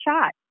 shot